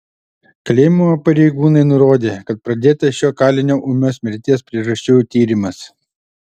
kalėjimo pareigūnai nurodė kad pradėtas šio kalinio ūmios mirties priežasčių tyrimas